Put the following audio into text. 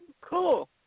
Cool